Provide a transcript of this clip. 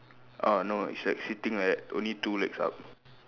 uh no it's like sitting like that only two legs up